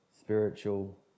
spiritual